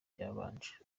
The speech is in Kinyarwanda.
byabanje